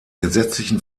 gesetzlichen